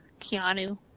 Keanu